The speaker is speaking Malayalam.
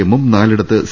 എമ്മും നാലിടത്ത് സി